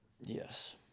Yes